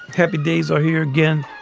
happy days are here again